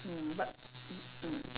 mm but mm mm